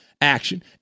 action